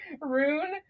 Rune